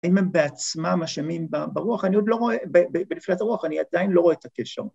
‫האם הם בעצמם אשמים ברוח? ‫בנפילת הרוח? אני עדיין לא רואה את הקשר.